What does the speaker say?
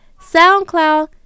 SoundCloud